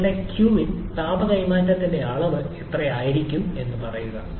നിങ്ങളുടെ qin താപ കൈമാറ്റത്തിന്റെ അളവ് എത്രയായിരിക്കുമെന്ന് പറയുക